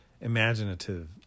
imaginative